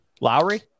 Lowry